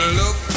look